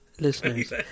listeners